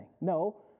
No